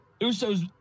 Usos